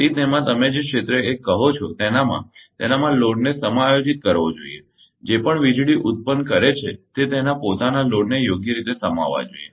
તેથી તેમાં તમે જે ક્ષેત્ર 1 કહો છો તેનામાં તેના લોડને સમાયોજિત કરવો જોઈએ જે પણ વીજળી ઉત્પન્ન કરે છે તે તેના પોતાના લોડને યોગ્ય રીતે સમાવવા જોઈએ